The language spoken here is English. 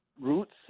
roots